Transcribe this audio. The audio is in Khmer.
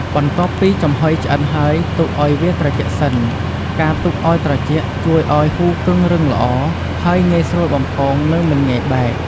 បន្ទាប់ពីចំហុយឆ្អិនហើយ ទុកឱ្យវាត្រជាក់សិន ការទុកឱ្យត្រជាក់ជួយឱ្យហ៊ូគឹងរឹងល្អ ហើយងាយស្រួលបំពង និងមិនងាយបែក។